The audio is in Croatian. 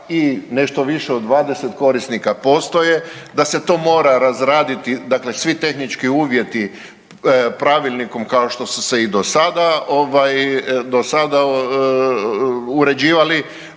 i nešto više od 20 korisnika postoje, da se to mora razraditi, dakle svi tehnički uvjeti pravilnikom kao što su se i do sada uređivali,